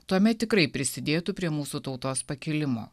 tuomet tikrai prisidėtų prie mūsų tautos pakilimo